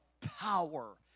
power